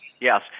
yes